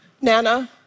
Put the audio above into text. Nana